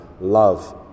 love